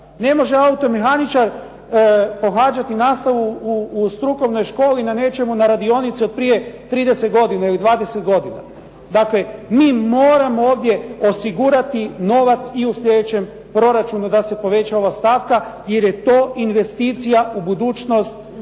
Ne može automehaničar pohađati nastavu u strukovnoj školi na nečemu, na radionici od prije 30 godina ili 20 godina. Dakle, mi moramo ovdje osigurati novac i u sljedećem proračunu da se poveća ova stavka, jer je to investicija u budućnost